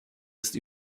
ist